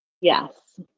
Yes